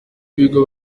b’ibigo